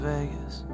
Vegas